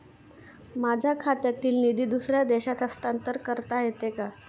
माझ्या खात्यातील निधी दुसऱ्या देशात हस्तांतर करता येते का?